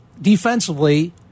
defensively